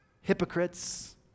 hypocrites